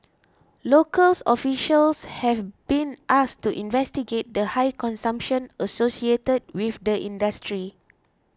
local officials have been asked to investigate the high consumption associated with the industry